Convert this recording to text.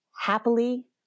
happily